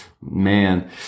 man